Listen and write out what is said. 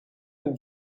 and